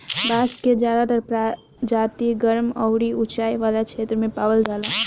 बांस के ज्यादातर प्रजाति गरम अउरी उचाई वाला क्षेत्र में पावल जाला